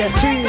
two